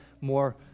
more